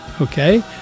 Okay